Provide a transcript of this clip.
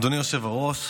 אדוני היושב-ראש,